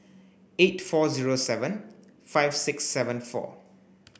eight four zero seven five six seven four